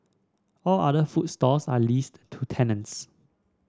all other food stalls are leased to tenants